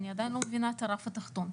אני עדיין לא מבינה את הרף התחתון.